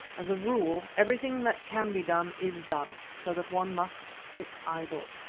as a rule everything that can be done is done, so that one must sit idle.